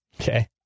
Okay